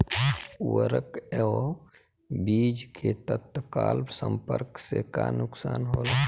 उर्वरक व बीज के तत्काल संपर्क से का नुकसान होला?